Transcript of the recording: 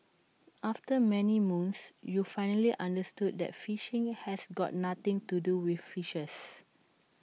after many moons you finally understood that phishing has got nothing to do with fishes